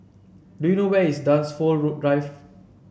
do you know where is Dunsfold Drive